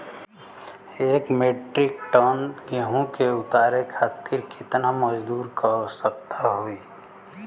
एक metric ton गेहूँ के उतारे खातीर कितना मजदूर क आवश्यकता होई?